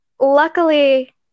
luckily